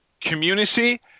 community